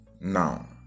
Now